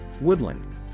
woodland